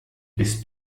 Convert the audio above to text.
bist